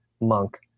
monk